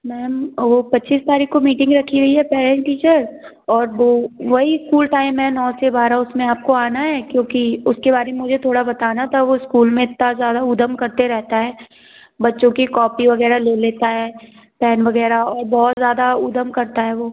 ma'am वो पच्चीस तारिख़ को मीटिंग रखी हुई है पैरेन्ट टीचर और वो वही ईस्कूल टाइम है नौ से बारह उसमें आपको आना है क्योंकि उसके बारे में मुझे थोड़ा बताना था वो ईस्कूल में इतना ज़्यादा धूम करता रहता है बच्चों की कौपी वग़ैरह ले लेता है पैन वग़ैरह और बहुत ज़्यादा धूम करता है वो